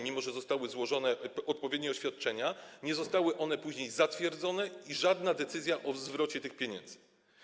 Mimo że zostały złożone odpowiednie oświadczenia, nie zostały one później zatwierdzone i nie zapadła żadna decyzja o zwrocie tych pieniędzy.